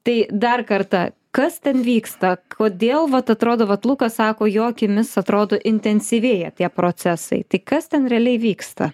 tai dar kartą kas ten vyksta kodėl vat atrodo vat lukas sako jo akimis atrodo intensyvėja tie procesai tik kas ten realiai vyksta